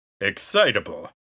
excitable